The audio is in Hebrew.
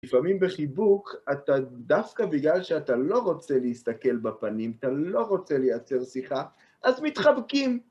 לפעמים בחיבוק, אתה דווקא בגלל שאתה לא רוצה להסתכל בפנים, אתה לא רוצה לייצר שיחה, אז מתחבקים.